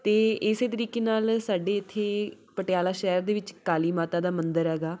ਅਤੇ ਇਸੇ ਤਰੀਕੇ ਨਾਲ ਸਾਡੇ ਇੱਥੇ ਪਟਿਆਲਾ ਸ਼ਹਿਰ ਦੇ ਵਿੱਚ ਕਾਲੀ ਮਾਤਾ ਦਾ ਮੰਦਰ ਹੈਗਾ